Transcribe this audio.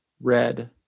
red